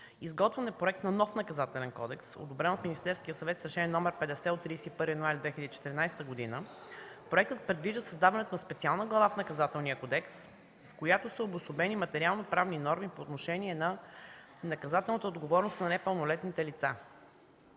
Изготвен е проект на нов Наказателен кодекс, одобрен от Министерския съвет с Решение № 50 от 31 януари 2014 г. Проектът предвижда създаването на специална глава в Наказателния кодекс, в която са обособени материалноправни норми по отношение на наказателната отговорност на непълнолетните лица.